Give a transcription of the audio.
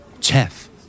Chef